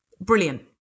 Brilliant